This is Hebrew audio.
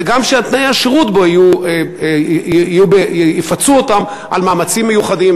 וגם שתנאי השירות בו יפצו אותם על מאמצים מיוחדים,